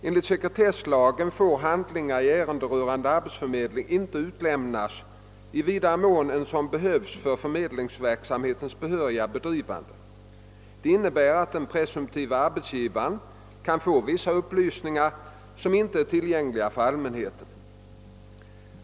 Enligt sekretesslagen får handlingar i ärenden rörande arbetsförmedling inte utlämnas i vidare mån än som behövs för förmedlingsverksamhetens behöriga bedrivande. Det innebär att den presumtive arbetsgivaren kan få vissa upplysningar som inte är tillgängliga för allmänheten.